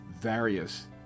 various